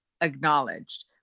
acknowledged